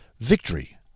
victory